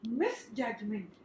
misjudgment